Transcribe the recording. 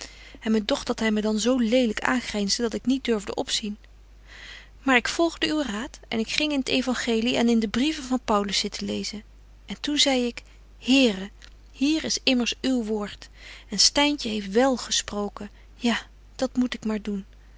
en me dogt dat hy me dan zo lelyk aangrynsde dat ik niet durfde opzien maar ik volgde uw raad en ik ging in teuangelie en in de brieven van paulus zitten lezen en toen zei ik here hier is immers uw woord en styntje heeft wel gesprokén ja dat moet ik maar doen